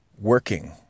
working